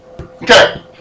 Okay